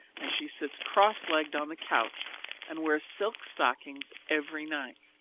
and she sits cross-legged on the couch and wears silk stockings every night.